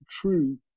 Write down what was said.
true